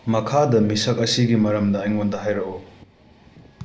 ꯃꯈꯥꯗ ꯃꯤꯁꯛ ꯑꯁꯤꯒꯤ ꯃꯔꯝꯗ ꯑꯩꯉꯣꯟꯗ ꯍꯥꯏꯔꯛꯎ